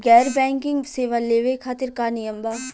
गैर बैंकिंग सेवा लेवे खातिर का नियम बा?